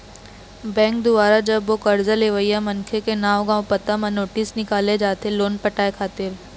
bank दुवारा जब ओ करजा लेवइया मनखे के नांव गाँव पता म नोटिस निकाले जाथे लोन पटाय खातिर